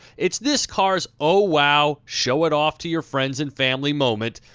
it's this car's oh-wow, show it off to your friends and family moment,